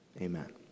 amen